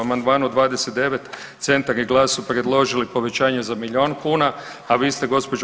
U amandmanu 29 Centar i GLAS su predložili povećanje za milijun kuna, a vi ste, gđo.